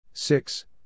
Six